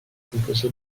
composé